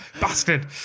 Bastard